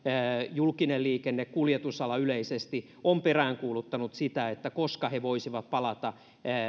julkinen liikenne kuljetusala yleisesti on peräänkuuluttanut sitä koska he voisivat palata